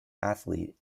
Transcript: athlete